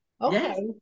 Okay